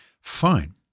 fine